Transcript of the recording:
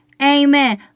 Amen